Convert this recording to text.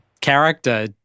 character